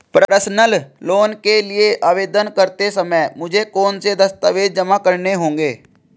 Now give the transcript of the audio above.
Personal loan के लिए आवेदन करते समय मुझे कौन से दस्तावेज़ जमा करने होंगे?